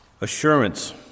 Assurance